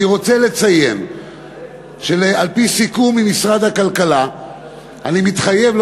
אני רוצה לציין שעל-פי סיכום עם משרד הכלכלה אני מתחייב לא